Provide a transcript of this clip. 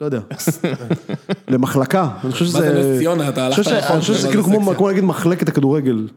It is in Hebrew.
א. לא יודע ב. (צוחק) א. למחלקה, אני חושב שזה ב. אמרת לנס ציונה אתה הלכת לאן שזה... א. אני חושב שזה כאילו כמו מה... כמו להגיד מחלקת הכדורגל.